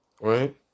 Right